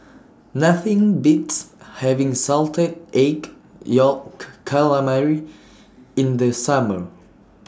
Nothing Beats having Salted Egg Yolk Calamari in The Summer